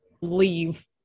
leave